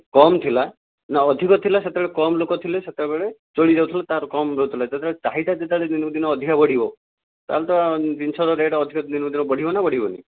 କମ୍ ଥିଲା ନା ଅଧିକ ଥିଲା ସେତେବେଳେ କମ୍ ଲୋକ ଥିଲେ ସେତେବେଳେ ଚଳିଯାଉଥିଲ ତାର କମ୍ ରହୁଥିଲା ଯେତେବେଳେ ଚାହିଦା ଯେତେବେଳେ ଦିନକୁ ଦିନ ଅଧିକ ବଢ଼ିବ ତା'ହେଲେ ତ ଜିନିଷର ରେଟ୍ ଦିନକୁ ଦିନ ଅଧିକ ବଢ଼ିବ ନା ବଢ଼ିବ ନାହିଁ